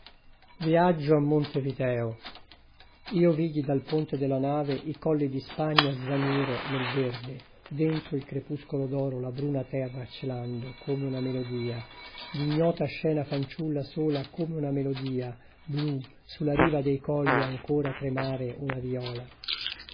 campana io vidi dal ponte della nave i colli di spagna svanire nel verde dentro il crepuscolo d'oro la bruna terra celando come una melodia d'ignota scena fanciulla sola come una melodia blu su la riva dei colli ancora tremare una viola